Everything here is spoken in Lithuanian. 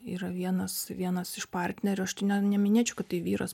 yra vienas vienas iš partnerių aš tai ne neminėčiau kad tai vyras